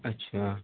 اچھا